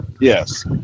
Yes